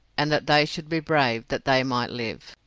and that they should be brave that they might live.